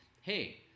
Hey